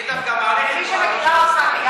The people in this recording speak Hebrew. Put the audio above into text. אני דווקא מעריך את פועלו של השר.